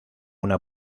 una